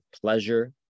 pleasure